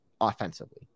offensively